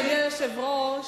אדוני היושב-ראש,